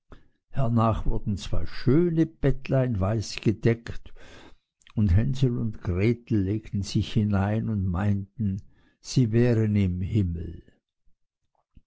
hernach wurden zwei schöne bettlein weiß gedeckt und hänsel und gretel legten sich hinein und meinten sie wären im himmel